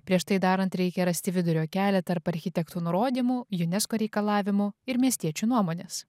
prieš tai darant reikia rasti vidurio kelią tarp architektų nurodymų unesco reikalavimų ir miestiečių nuomonės